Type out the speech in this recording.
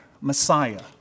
Messiah